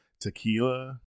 tequila